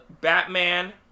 Batman